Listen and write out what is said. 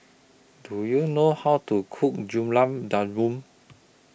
Do YOU know How to Cook Gulab Jamun